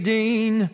Dean